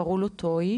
קראו לו טוי,